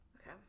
Okay